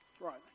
Right